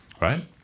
Right